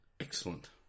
Excellent